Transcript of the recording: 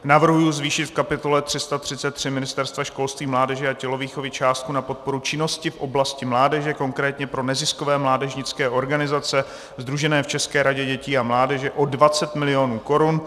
Navrhuji zvýšit v kapitole 333 Ministerstva školství, mládeže a tělovýchovy částku na podporu činnosti v oblasti mládeže, konkrétně pro neziskové mládežnické organizace sdružené v České radě dětí a mládeže, o 20 mil. korun.